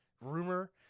rumor